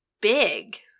big